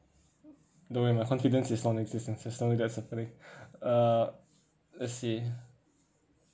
no eh my confidence is non-existent uh let's see